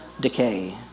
decay